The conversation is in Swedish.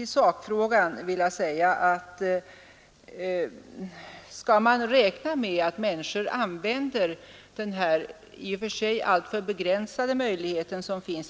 I sakfrågan vill jag säga att skall man räkna med att människor använder den här i och för sig alltför begränsade möjligheten